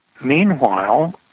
Meanwhile